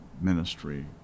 ministry